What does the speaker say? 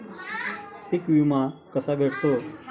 पीक विमा कसा भेटतो?